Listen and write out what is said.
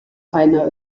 einer